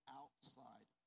outside